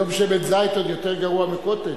היום שמן זית עוד יותר גרוע מ"קוטג'".